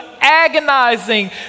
agonizing